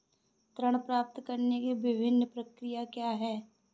ऋण प्राप्त करने की विभिन्न प्रक्रिया क्या हैं?